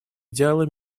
идеалы